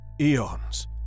eons